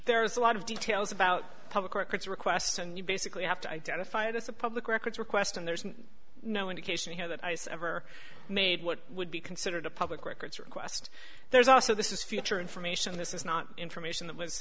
there is a lot of details about public records requests and you basically have to identify it as a public records request and there's no indication here that ice ever made what would be considered a public records request there's also this is future information this is not information that